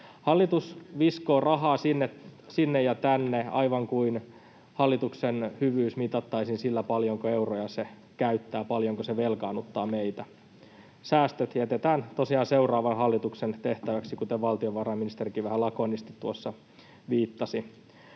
Hallitus viskoo rahaa sinne ja tänne, aivan kuin hallituksen hyvyys mitattaisiin sillä, paljonko euroja se käyttää, paljonko se velkaannuttaa meitä. Säästöt jätetään tosiaan seuraavan hallituksen tehtäväksi, mihin valtiovarainministerikin vähän lakonisesti tuossa viittasi.